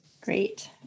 Great